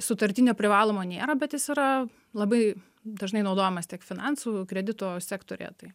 sutartinio privalomo nėra bet jis yra labai dažnai naudojamas tiek finansų kredito sektoriuje tai